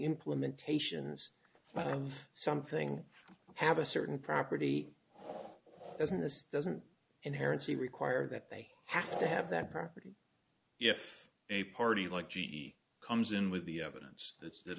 implementations of something have a certain property doesn't this doesn't inherently require that they have to have that property if a party like g e comes in with the evidence that